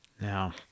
Now